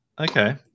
Okay